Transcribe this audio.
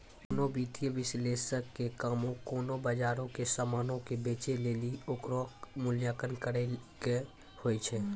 कोनो वित्तीय विश्लेषक के काम कोनो बजारो के समानो के बेचै लेली ओकरो मूल्यांकन करै के होय छै